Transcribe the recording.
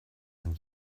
man